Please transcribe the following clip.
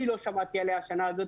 אני לא שמעתי עליה בשנה הזו.